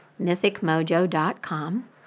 mythicmojo.com